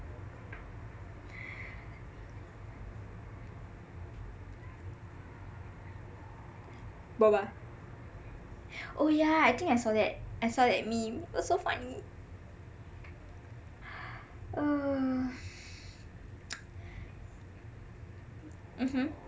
oh yah I think I saw that I saw that meme it was so funny mmhmm